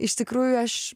iš tikrųjų aš